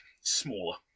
Smaller